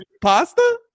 Pasta